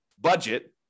budget